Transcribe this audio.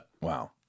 Wow